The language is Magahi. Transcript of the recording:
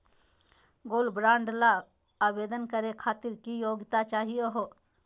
गोल्ड बॉन्ड ल आवेदन करे खातीर की योग्यता चाहियो हो?